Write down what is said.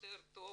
יותר טוב